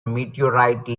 meteorite